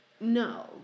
no